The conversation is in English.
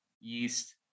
yeast